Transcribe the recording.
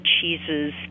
cheeses